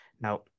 now